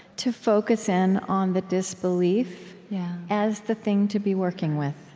to focus in on the disbelief as the thing to be working with.